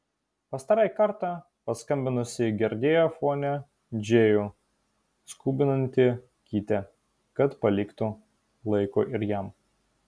pastarąjį kartą paskambinusi girdėjo fone džėjų skubinantį kitę kad paliktų laiko ir jam